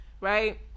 right